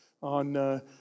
on